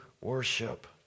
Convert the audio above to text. worship